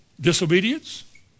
disobedience